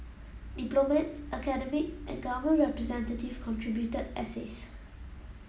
diplomats academic and government representative contributed essays